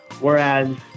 Whereas